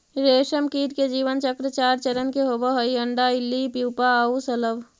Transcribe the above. रेशमकीट के जीवन चक्र चार चरण के होवऽ हइ, अण्डा, इल्ली, प्यूपा आउ शलभ